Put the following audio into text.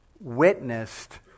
witnessed